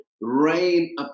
rain